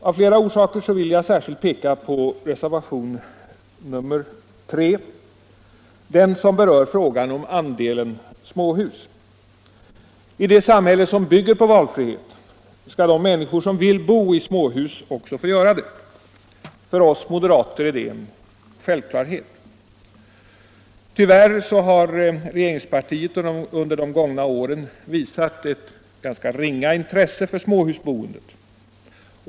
Av flera orsaker vill jag här särskilt peka på reservationen 3, som berör frågan om andelen småhus. I ett samhälle som bygger på valfrihet skall de människor som vill bo i småhus också få göra det. För oss moderater är detta en självklarhet. Tyvärr har regeringspartiet under de gångna åren visat ett ganska ringa intresse för småhusboendet.